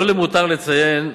לא למותר לציין,